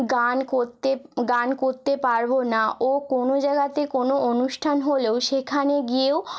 গান করতে গান করতে পারবো না ও কোনো জায়গাতে কোনো অনুষ্ঠান হলেও সেখানে গিয়েও